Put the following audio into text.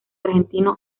argentino